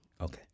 Okay